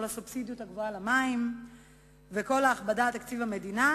כל הסובסידיות הגבוהות על המים וכל ההכבדה על תקציב המדינה,